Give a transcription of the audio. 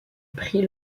prit